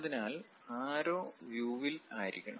അതിനാൽ ആരോ വ്യൂവിൽ ആയിരിക്കണം